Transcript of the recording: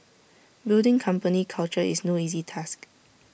building company culture is no easy task